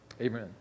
Amen